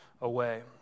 away